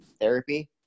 therapy